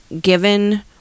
given